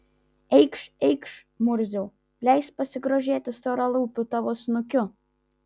eikš eikš murziau leisk pasigrožėti storalūpiu tavo snukiu